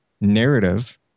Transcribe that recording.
narrative